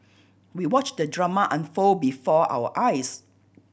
we watched the drama unfold before our eyes